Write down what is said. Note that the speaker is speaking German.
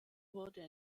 wurde